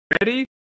ready